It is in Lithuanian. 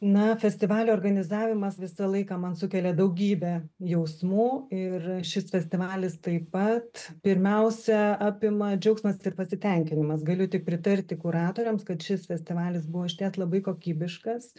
na festivalio organizavimas visą laiką man sukelia daugybę jausmų ir šis festivalis taip pat pirmiausia apima džiaugsmas ir pasitenkinimas galiu tik pritarti kuratoriams kad šis festivalis buvo išties labai kokybiškas